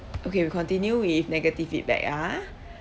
okay we continue with negative feedback ya